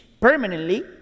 permanently